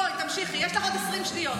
בואי, תמשיכי, יש לך עוד 20 שניות.